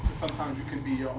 sometimes you can be